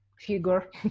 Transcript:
figure